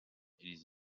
les